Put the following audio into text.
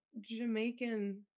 Jamaican